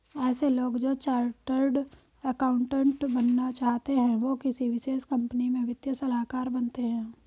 ऐसे लोग जो चार्टर्ड अकाउन्टन्ट बनना चाहते है वो किसी विशेष कंपनी में वित्तीय सलाहकार बनते हैं